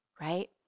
right